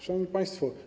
Szanowni Państwo!